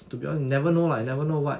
to be hon~ you will never know you never know [what]